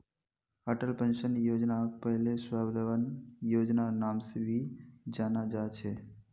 Atal pension योजनाक पहले स्वाबलंबन योजनार नाम से भी जाना जा छे